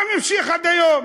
אני ממשיך עד היום,